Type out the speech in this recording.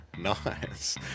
Nice